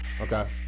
Okay